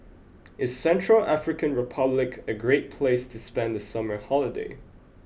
is Central African Republic a great place to spend the summer holiday